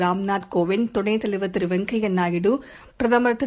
ராம்நாத் கோவிந்த் துணைத் தலைவர் திருவெங்கப்யாநாயுடு பிரதமர் திரு